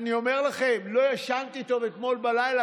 אני אומר לכם, לא ישנתי טוב אתמול בלילה.